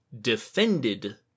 defended